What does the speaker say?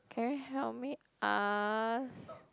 can you help me ask